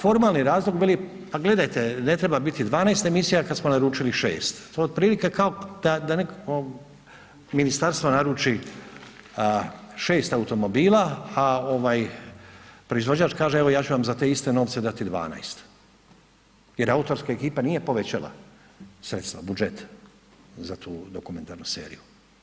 Formalni razlog, veli, a gledajte, ne treba biti 12 emisija kad smo naručili 6. To je otprilike kao da nekakvo ministarstvo naruči 6 automobila, a proizvođač kaže, evo, ja ću vam za te iste novce dati 12 jer autorska ekipa nije povećala sredstva, budžet za tu dokumentarnu seriju.